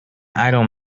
idle